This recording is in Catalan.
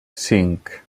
cinc